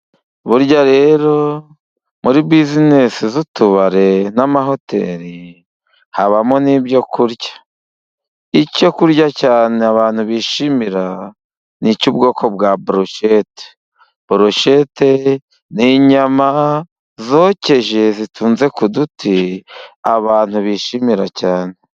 Burya rero muri bizinesi z'utubari n'amahoteli habamo n'ibyo kurya. Icyo kurya cyane abantu bishimira ni icy'ubwoko bwa burushete. Burushete ni inyama zokeje zitunze ku duti, abantu bishimira cyane.